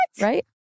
Right